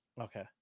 Okay